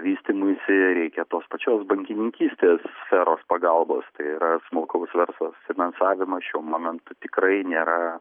vystymuisi reikia tos pačios bankininkystės sferos pagalbos tai yra smulkaus verslo finansavimas šiuo momentu tikrai nėra